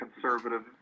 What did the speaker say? conservative